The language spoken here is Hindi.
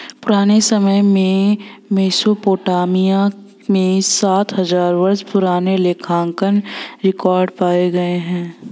पुराने समय में मेसोपोटामिया में सात हजार वर्षों पुराने लेखांकन रिकॉर्ड पाए गए हैं